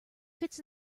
fits